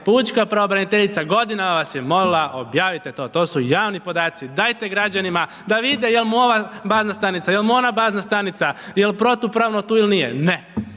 pučka pravobraniteljica, godinama vas je molila objavite to, to su javni podaci, dajte građanima, da vide jel' mu ova bazna stanica, jel' mu ona bazna stanica, jel' protupravno tu ili nije, ne,